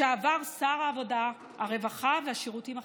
לשעבר שר העבודה, הרווחה והשירותים החברתיים.